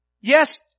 yes